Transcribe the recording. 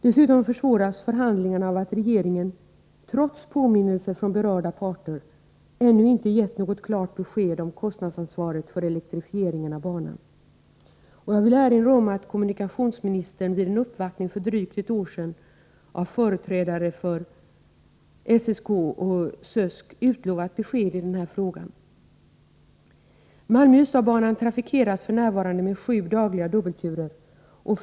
Dessutom försvåras förhandlingarna av att regeringen — trots påminnelser från berörda parter — ännu inte givit något klart besked om kostnadsansvaret för elektrifieringen av banan. Jag vill erinra om att kommunikationsministern vid en uppvaktning för drygt ett år sedan av företrädare för SSK och SÖSK utlovat besked i denna fråga. Malmö-Ystad-banan trafikeras f. n. med sju dagliga dubbelturer.